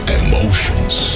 emotions